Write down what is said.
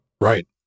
Right